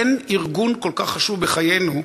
אין ארגון כל כך חשוב בחיינו,